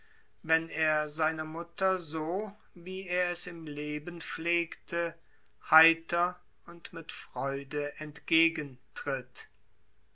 wenn er seiner mutter so wie er es im leben pflegte heiter und mit freude